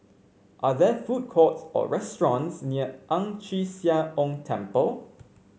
are there food courts or restaurants near Ang Chee Sia Ong Temple